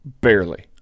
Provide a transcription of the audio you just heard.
Barely